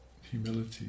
humility